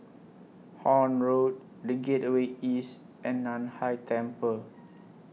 Horne Road The Gateway East and NAN Hai Temple